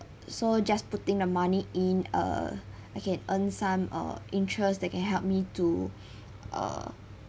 so just putting the money in err I can earn some uh interest that can help me to err